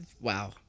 wow